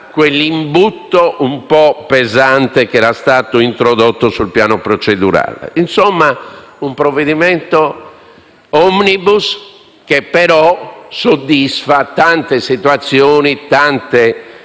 quell'imbuto un po' pesante che era stato introdotto sul piano procedurale. Insomma, un provvedimento *omnibus* che, però, soddisfa tante situazioni e tante